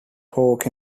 pork